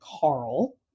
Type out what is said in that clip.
Carl